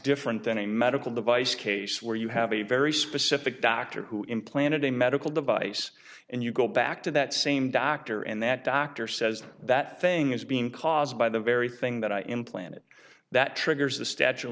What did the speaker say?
different than a medical device case where you have a very specific doctor who implanted a medical device and you go back to that same doctor and that doctor says that thing is being caused by the very thing that i implanted that triggers the statue